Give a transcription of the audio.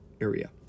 area